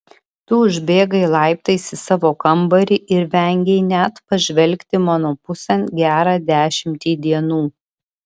tu užbėgai laiptais į savo kambarį ir vengei net pažvelgti mano pusėn gerą dešimtį dienų